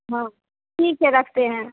हाँ ठीक है रखते हैं